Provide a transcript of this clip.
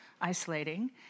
isolating